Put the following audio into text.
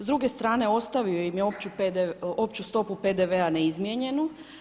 S druge strane ostavio im je opću stopu PDV-a neizmijenjenu.